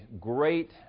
great